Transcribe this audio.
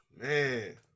Man